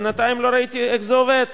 בינתיים לא ראיתי איך זה עובד.